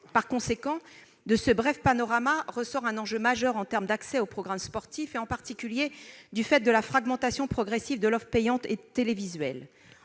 Par conséquent, de ce bref panorama ressort un enjeu majeur en termes d'accès aux programmes sportifs, en particulier du fait de la fragmentation progressive de l'offre payante télévisuelle.